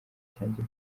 cyanjye